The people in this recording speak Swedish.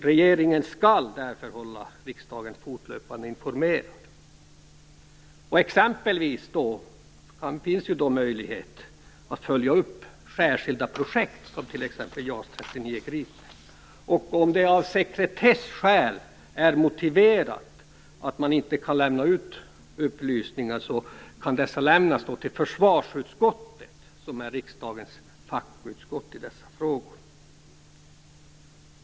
Regeringen skall därför hålla riksdagen fortlöpande informerad. Exempelvis finns möjlighet att följa upp särskilda projekt, som t.ex. JAS 39 Gripen. Om det av sekretesskäl är motiverat att inte lämna ut upplysningar kan dessa lämnas till försvarsutskottet, som är riksdagens fackutskott i dessa frågor.